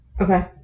Okay